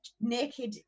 Naked